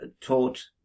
taught